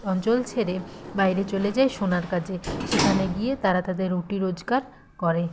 অঞ্চল ছেড়ে বাইরে চলে যায় সোনার কাজে সেখানে গিয়ে তারা তাদের রুটি রোজগার করে